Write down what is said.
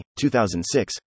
2006